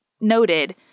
noted